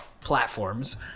platforms